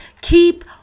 keep